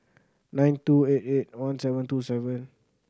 nine two eight eight one seven two seven